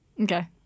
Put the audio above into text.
Okay